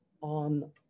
on